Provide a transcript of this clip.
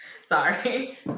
Sorry